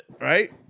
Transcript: right